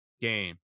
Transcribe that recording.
game